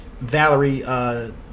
Valerie